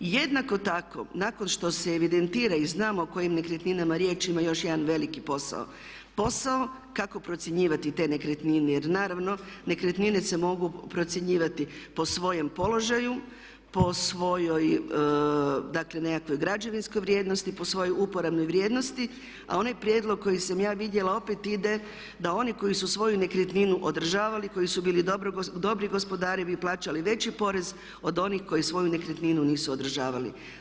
I jednako tako nakon što se evidentira i znamo o kojim nekretninama je riječ ima još jedan veliki posao, posao kako procjenjivati te nekretnine jer naravno nekretnine se mogu procjenjivati po svojem položaju, po svojoj dakle nekakvoj građevinskoj vrijednosti, po svojoj uporabnoj vrijednosti a onaj prijedlog koji sam ja vidjela opet ide da oni koji su svoju nekretninu održavali, koji su bili dobri gospodari bi plaćali veći porez od onih koji svoju nekretninu nisu održavali.